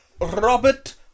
Robert